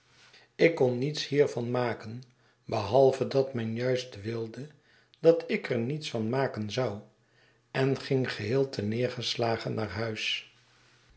ik kon niets hier van maken behalve dat men juiste wilde dat ik er niets van maken zou en ging geheel terneergeslagen naar huis